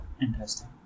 Interesting